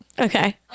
Okay